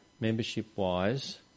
membership-wise